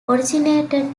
originated